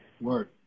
Word